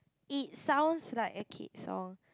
it sounds like a kid song